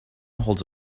holds